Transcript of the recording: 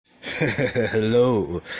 Hello